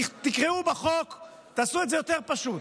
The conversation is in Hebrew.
תעשו את זה יותר פשוט.